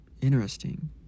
Interesting